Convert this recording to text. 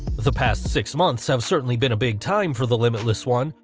the past six months have certainly been a big time for the limitless one,